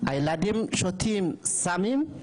ילדים שותים, סמים?